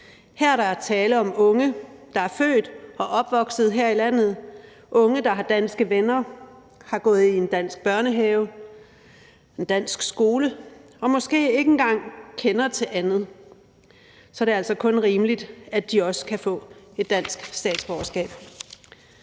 Her er der tale om unge, der er født og opvokset her i landet, unge, der har danske venner, har gået i en dansk børnehave og en dansk skole og måske ikke engang kender til andet. Så er det altså kun rimeligt, at de også kan få et dansk statsborgerskab.